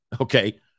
Okay